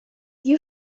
you